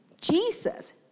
Jesus